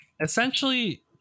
Essentially